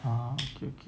(uh huh)